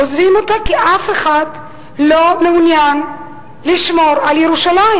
עוזבים אותה כי אף אחד לא מעוניין לשמור על ירושלים.